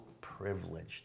privileged